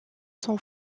son